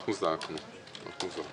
משרד הבריאות מעלה את זה.